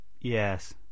Yes